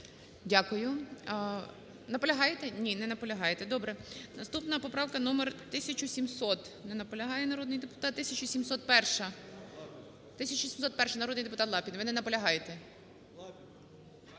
Наполягаєте? Ні, не наполягаєте. Добре. Наступна поправка номер 1700. Не наполягає народний депутат. 1701-а. Народний депутат Лапін. Ви не наполягаєте?